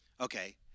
Okay